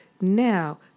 now